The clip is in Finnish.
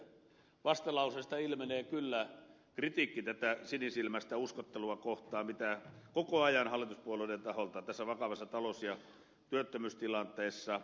vastalauseesta ilmenee kyllä kritiikki tätä sinisilmäistä uskottelua kohtaan jota koko ajan hallituspuolueiden taholta tässä vakavassa talous ja työttömyystilanteessa ollaan tekevinään